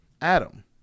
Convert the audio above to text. Adam